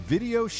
Video